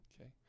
Okay